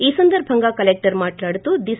ఈ సందర్బంగా కలెక్టర్ మాట్లాడుతూ ది